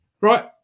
Right